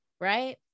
right